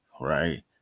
Right